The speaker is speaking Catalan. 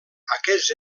aquests